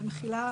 במחילה,